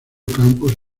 campus